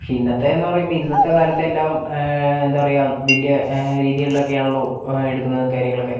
പക്ഷേ ഇന്നത്തെന്ന് പറയുമ്പോൾ ഇന്നത്തെ കാലത്തേല്ലാം എന്താ പറയാ വലിയ രീതികളിലൊക്കെയാണല്ലോ എടുക്കുന്നതും കാര്യങ്ങളൊക്കെ